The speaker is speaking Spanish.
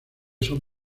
son